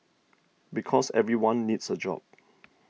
because everyone needs a job